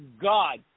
God